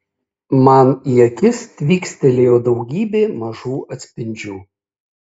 man į akis tvykstelėjo daugybė mažų atspindžių